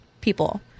people